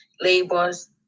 labels